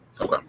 Okay